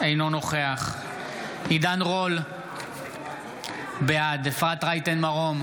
אינו נוכח עידן רול, בעד אפרת רייטן מרום,